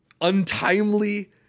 untimely